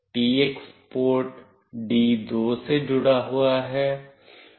TX port D2 से जुड़ा है